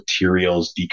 materials